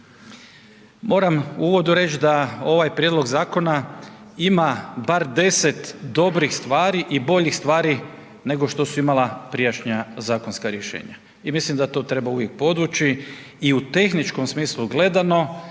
Moram u uvodu reći da ovaj prijedlog zakona ima bar 10 dobrih stvari i boljih stvari nego što su imala prijašnja zakonska rješenja i mislim da to treba uvijek podvući i u tehničkom smislu gledano